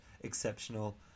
exceptional